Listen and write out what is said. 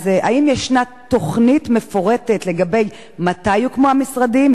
האם בכלל יש תוכנית מפורטת מתי יוקמו המשרדים,